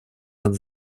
над